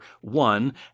one